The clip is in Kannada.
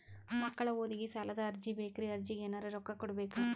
ಮಕ್ಕಳ ಓದಿಗಿ ಸಾಲದ ಅರ್ಜಿ ಬೇಕ್ರಿ ಅರ್ಜಿಗ ಎನರೆ ರೊಕ್ಕ ಕೊಡಬೇಕಾ?